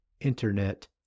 internet